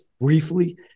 briefly